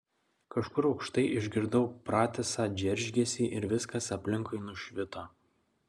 kažkur aukštai išgirdau pratisą džeržgesį ir viskas aplinkui nušvito